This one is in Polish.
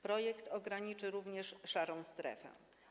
Projekt ograniczy również szarą strefę.